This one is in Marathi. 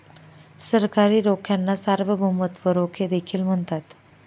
सरकारी रोख्यांना सार्वभौमत्व रोखे देखील म्हणतात